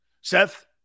Seth